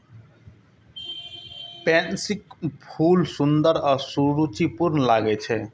पैंसीक फूल सुंदर आ सुरुचिपूर्ण लागै छै